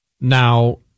Now